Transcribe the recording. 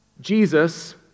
Jesus